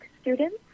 students